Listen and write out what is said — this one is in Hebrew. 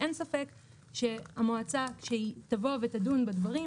אין ספק שהמועצה כשהיא תבוא ותדון בדברים,